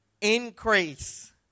increase